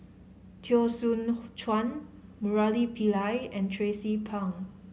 Teo Soon Chuan Murali Pillai and Tracie Pang